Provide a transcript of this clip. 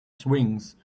swings